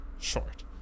short